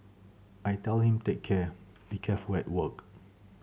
I tell him take care be careful work